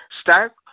Start